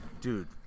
Dude